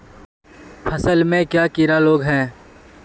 फसल में क्याँ कीड़ा लागे है?